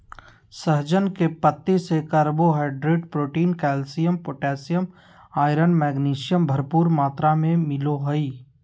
सहजन के पत्ती से carbohydrate, protein, calcium, potassium, iron, magnesium, भरपूर मात्रा में मिलो हइ